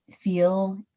feel